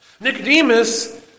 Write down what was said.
Nicodemus